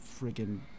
friggin